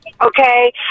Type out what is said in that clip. okay